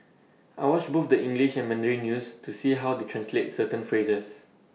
I watch both the English and Mandarin news to see how they translate certain phrases